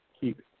keep